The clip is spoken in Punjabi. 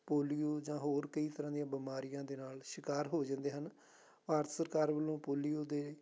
ਪੋਲੀਓ ਜਾਂ ਹੋਰ ਕਈ ਤਰ੍ਹਾਂ ਦੀਆਂ ਬਿਮਾਰੀਆਂ ਦੇ ਨਾਲ ਸ਼ਿਕਾਰ ਹੋ ਜਾਂਦੇ ਹਨ ਭਾਰਤ ਸਰਕਾਰ ਵੱਲੋਂ ਪੋਲੀਓ ਦੇ